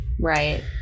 Right